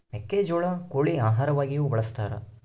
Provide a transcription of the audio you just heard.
ಮೆಕ್ಕೆಜೋಳ ಕೋಳಿ ಆಹಾರವಾಗಿಯೂ ಬಳಸತಾರ